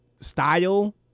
style